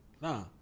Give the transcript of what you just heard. Nah